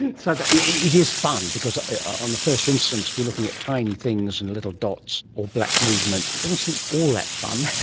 and so it is fun. because on the first instance if you're looking at tiny things and little dots or black movement, it doesn't seem all that fun.